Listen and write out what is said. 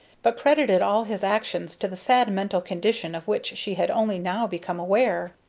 but credited all his actions to the sad mental condition of which she had only now become aware.